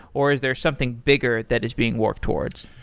or is there something bigger that is being worked towards?